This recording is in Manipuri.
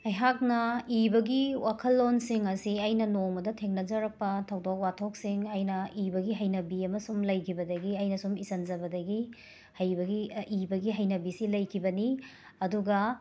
ꯑꯩꯍꯥꯛꯅ ꯏꯕꯒꯤ ꯋꯥꯈꯜꯂꯣꯟꯁꯤꯡ ꯑꯁꯤ ꯑꯩꯅ ꯅꯣꯡꯃꯗ ꯊꯦꯡꯅꯖꯔꯛꯄ ꯊꯧꯗꯣꯛ ꯋꯥꯊꯣꯛꯁꯤꯡ ꯑꯩꯅ ꯏꯕꯒꯤ ꯍꯩꯅꯕꯤ ꯑꯃ ꯁꯨꯝ ꯂꯩꯒꯤꯕꯗꯒꯤ ꯑꯩꯅ ꯁꯨꯝ ꯏꯁꯟꯖꯕꯗꯒꯤ ꯍꯩꯕꯒꯤ ꯑ ꯏꯕꯒꯤ ꯍꯩꯅꯕꯤꯁꯤ ꯂꯩꯈꯤꯕꯅꯤ ꯑꯗꯨꯒ